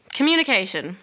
communication